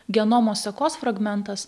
genomo sekos fragmentas